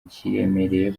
kiremereye